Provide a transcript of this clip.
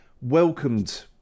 welcomed